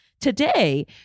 today